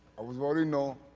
i was voting no.